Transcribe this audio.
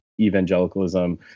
evangelicalism